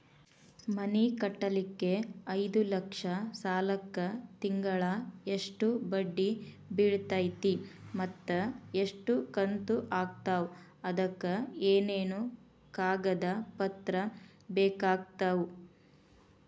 ಮನಿ ಕಟ್ಟಲಿಕ್ಕೆ ಐದ ಲಕ್ಷ ಸಾಲಕ್ಕ ತಿಂಗಳಾ ಎಷ್ಟ ಬಡ್ಡಿ ಬಿಳ್ತೈತಿ ಮತ್ತ ಎಷ್ಟ ಕಂತು ಆಗ್ತಾವ್ ಅದಕ ಏನೇನು ಕಾಗದ ಪತ್ರ ಬೇಕಾಗ್ತವು?